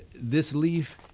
this leaf,